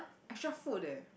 extra food eh